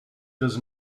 does